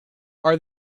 are